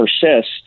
persist